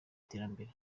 iterambere